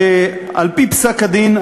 על-פי פסק-הדין,